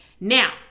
Now